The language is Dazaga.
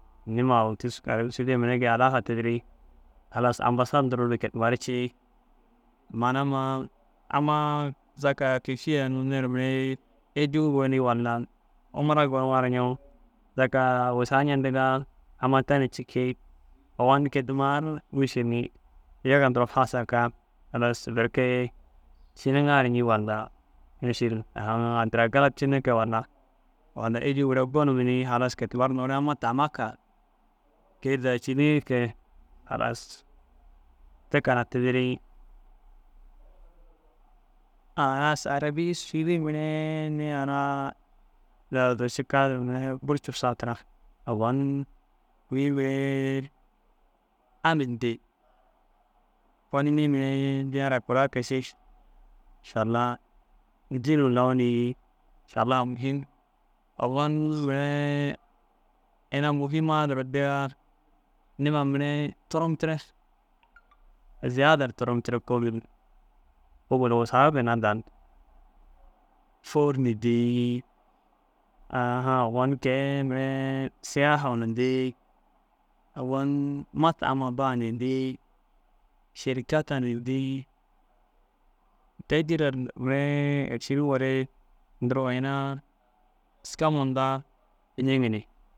Nima au tusuu arabi sûdiye mire kii alaga tîdiri halas ambasat nturuna kôi tama ru cii mayinama amma zaka kîši ai unnu nteru mire êjuu goniga ru nci walla umura goniga ru ncoo zaka wusa ncentiiga na amma ta na ciki owoni kôi tama ru mišilu yega du hasatan berke côniŋa ru ncii walla mišil addi lau galapcine kee walla êjuu mire gonum ni halas kôi tama ru noore amma tamma kee walla halas tekena tîdiri arabi sûdi mire niya ara lardu duro cika duro burcusa tira owon kôi mire amin dîi owon nii mire niyara kuira kee ši mašalau mihim owon mire ina mihima duro dîya niima mire turomtire ziyaderu turomtire ôllu wasa ginna dani fôr ni dîi ‹hesitation› owon kôi mire siyaha na dîi owon kôi mutaba ba na dîi šerkata na dîi te jillannu mire êriši niŋoore duro ina êska munta finig.